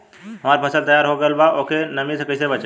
हमार फसल तैयार हो गएल बा अब ओके नमी से कइसे बचाई?